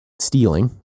stealing